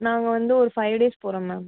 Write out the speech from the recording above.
நாங்கள் வந்து ஒரு ஃபைவ் டேஸ் போகிறோம் மேம்